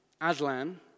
Aslan